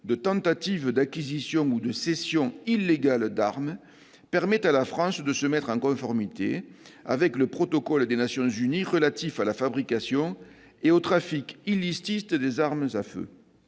de tentative d'acquisition ou de cession illégale d'armes permettra à la France de se mettre en conformité avec le protocole des Nations unies contre la fabrication et le trafic illicites d'armes à feu.